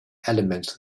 elements